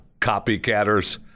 copycatters